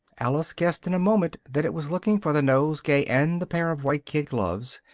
alice guessed in a moment that it was looking for the nosegay and the pair of white kid gloves,